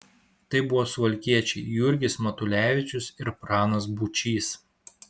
tai buvo suvalkiečiai jurgis matulevičius ir pranas būčys